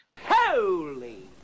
Holy